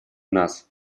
нас